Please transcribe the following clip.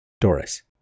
Doris